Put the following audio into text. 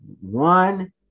one